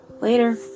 Later